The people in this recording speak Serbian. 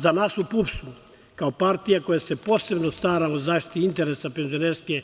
Za nas u PUPS-u, kao partija koja se posebno stara o zaštiti interesa penzionerske